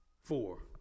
four